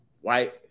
white